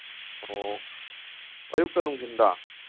ꯑꯣ ꯑꯌꯨꯛꯇ ꯅꯨꯡꯗꯤꯟꯗ